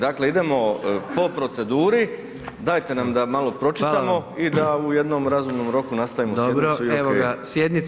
Dakle, idemo po proceduri, dajte nam da malo pročitamo i da u jednom razumnom roku nastavimo sjednicu